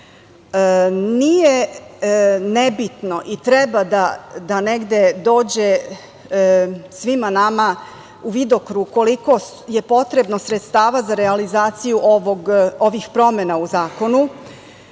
nebitno i treba da negde dođe svima nama u vidokrug koliko je potrebno sredstava za realizaciju ovih promena u zakonu.